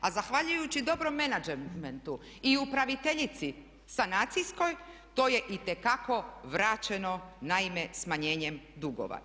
A zahvaljujući dobrom menadžmentu i upraviteljici sanacijskoj to je itekako vraćeno naime smanjenjem dugova.